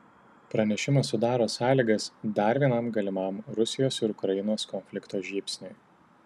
pranešimas sudaro sąlygas dar vienam galimam rusijos ir ukrainos konflikto žybsniui